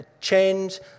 change